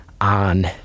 on